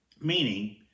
meaning